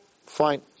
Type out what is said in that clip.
fine